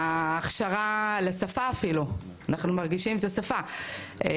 ההכשרה לשפה אפילו אנחנו מרגישים זה שפה,